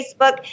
Facebook